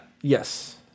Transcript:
Yes